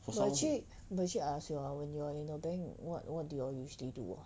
for someone who